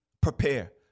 prepare